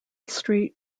street